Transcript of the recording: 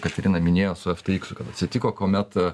katrina minėjo su eftėiksu kad atsitiko kuomet